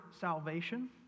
salvation